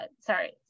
sorry